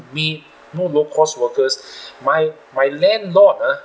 mean no low-cost workers my my landlord uh